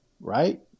right